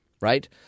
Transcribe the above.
Right